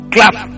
Clap